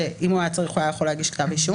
כשם שאם הוא היה צריך הוא יכול היה להגיש כתב אישום.